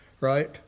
right